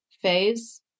phase